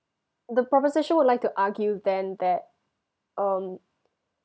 the proposition would like to argue then that um